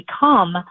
become